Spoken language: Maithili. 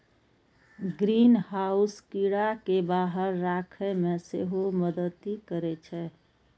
ग्रीनहाउस कीड़ा कें बाहर राखै मे सेहो मदति करै छै